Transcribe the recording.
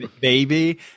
baby